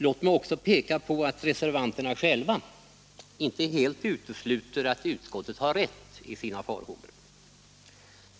Låt mig också visa att reservanterna själva inte helt utesluter att utskottet har rätt i sina farhågor.